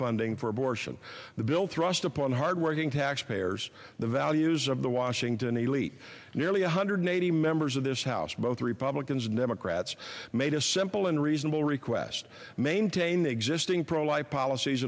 funding for abortion the bill thrust upon hard working taxpayers the values of the washington elite nearly one hundred eighty members of this house both republicans and democrats made a simple and reasonable request maintain the existing pro life policies